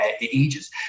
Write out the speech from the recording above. Ages